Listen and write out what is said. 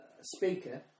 speaker